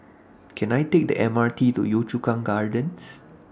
Can I Take The M R T to Yio Chu Kang Gardens